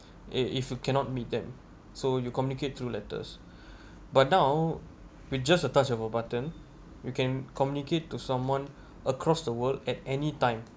uh if you cannot meet them so you communicate through letters but now with just a touch of a button we can communicate to someone across the world at anytime